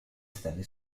stelle